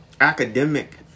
academic